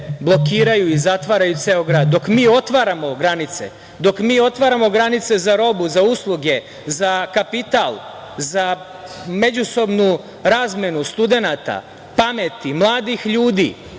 blokiraju i zatvaraju ceo grad, dok mi otvaramo granice, dok mi otvaramo granice za robu, za usluge, za kapital, za međusobnu razmenu studenata, pameti, mladih ljudi,